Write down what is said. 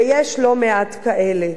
ויש לא מעט כאלה.